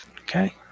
Okay